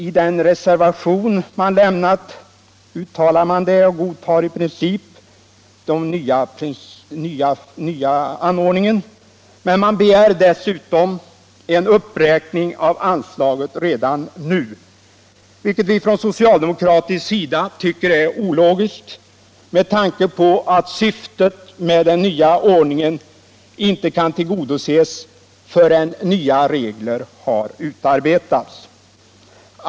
I den reservation man avgivit godtar man i princip den nya ordningen, men man begär dessutom en uppräkning av anslaget redan nu. Det tycker vi från socialdemokratisk sida är ologiskt med tanke på att syftet med den nya ordningen inte kan tillgodoses förrän nya regler har utarbetats.